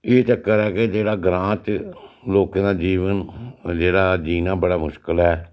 एह् चक्कर ऐ के जेह्ड़ा ग्रांऽ च लोकें दा जीवन जेह्ड़ा जीन ऐ बड़ा मुश्कल ऐ